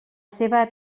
seva